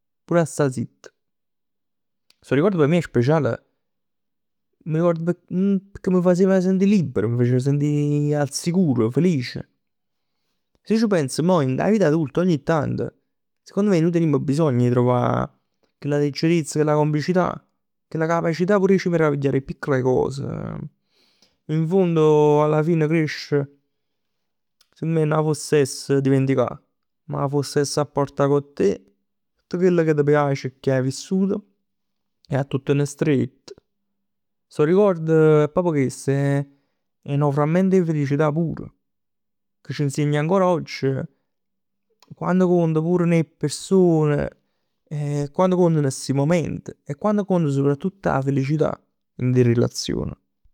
Pur a sta zitt. Stu ricord p' me è special, m'arricord pecchè m' facev sentì libero, m' facev sentì al sicuro, felice. Se c' penz mo dint 'a vita adulta ogni tant sicondo me nuje tenimm bisogno 'e truvà chella leggerezza, chella complicità, chella capacità pur 'e c' meraviglià d'e piccole cose. In fondo alla fine crescere secondo me non avess essere dimenticà, ma avess essere a purtà cu te tutt chell ca t' piace e che 'a vissut e a t'o tenè strett. Stu ricord è proprio chest. È nu framment 'e felicità puro. Ca c' insegna ancora oggi quanto contano 'e persone e quanto contano sti mument e quanto conta soprattutto 'a felicità dint 'e relazion.